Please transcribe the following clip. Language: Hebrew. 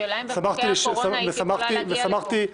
השאלה אם בחוקי הקורונה הייתי יכולה להגיע לפה,